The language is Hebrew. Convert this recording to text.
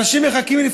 אנשים מחכים,